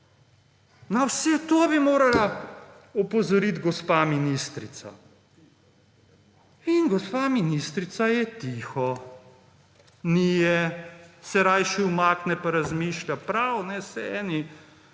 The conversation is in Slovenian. Na vse to bi morala opozoriti gospa ministrica. In gospa ministrica je tiho. Ni je. Se rajši umakne, pa razmišlja. Prav, saj eni